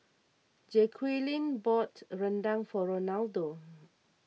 Jaquelin bought Rendang for Ronaldo